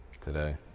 today